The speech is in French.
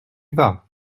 vas